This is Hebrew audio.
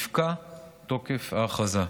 יפקע תוקף ההכרזה.